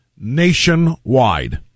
nationwide